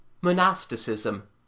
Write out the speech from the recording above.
Monasticism